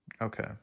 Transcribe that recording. Okay